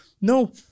No